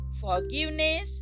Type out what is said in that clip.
Forgiveness